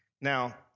Now